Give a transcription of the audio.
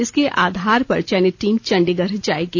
इसके आधार पर चयनित टीम चंडीगढ़ जाएगी